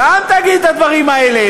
שם תגיד את הדברים האלה,